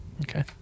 Okay